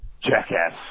Jackass